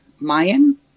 Mayan